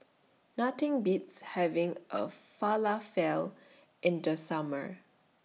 Nothing Beats having A Falafel in The Summer